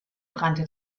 brannte